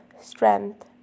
strength